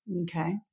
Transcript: Okay